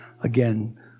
again